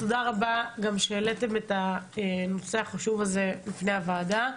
תודה רבה גם שהעליתם את הנושא החשוב הזה בפני הוועדה.